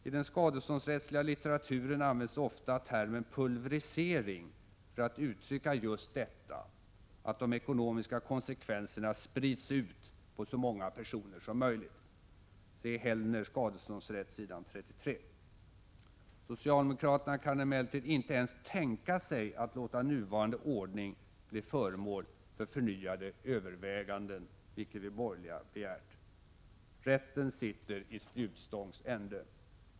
I den skadeståndsrättsliga litteraturen används ofta termen pulvrisering för att uttrycka just detta att de ekonomiska konsekvenserna sprids ut på så många personer som möjligt . Socialdemokraterna kan emellertid inte ens tänka sig att låta nuvarande ordning bli föremål för förnyade överväganden, vilket vi borgerliga begärt. Rätten sitter i spjutstångs ände.